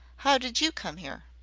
how did you come here?